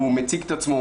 הוא מציג את עצמו.